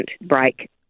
break